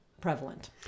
prevalent